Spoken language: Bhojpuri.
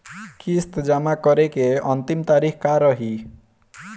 किस्त जमा करे के अंतिम तारीख का रही?